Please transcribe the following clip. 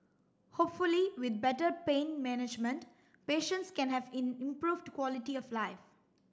hopefully with better pain management patients can have in improved quality of life